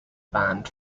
band